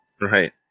Right